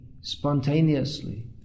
spontaneously